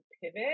pivot